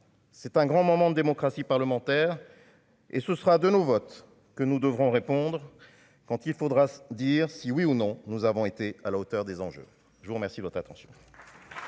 C'est un grand moment de démocratie parlementaire et ce sera de nos votes que nous devrons répondre quand il faudra dire si oui ou non, nous avons été à la hauteur des enjeux, je vous remercie de votre attention.